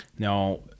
Now